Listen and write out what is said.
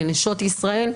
לנשות ישראל,